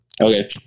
Okay